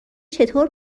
چطور